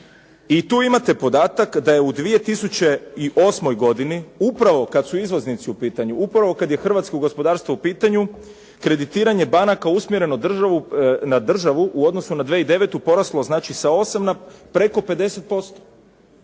I tu imate podatak da je u 2008. godini, upravo kad su izvoznici u pitanju, upravo kad je hrvatsko gospodarstvo u pitanju, kreditiranje banaka usmjereno na državu u odnosu na 2009. poraslo znači sa 8 na preko 50%.